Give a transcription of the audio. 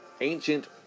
ancient